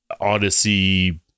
Odyssey